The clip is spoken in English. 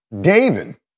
David